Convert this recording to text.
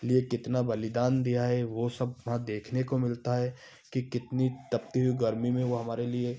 लिए कितना बलिदान दिया है वह सब वहाँ देखने को मिलता है कि कितनी तपती हुई गर्मी में वे हमारे लिए